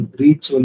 reach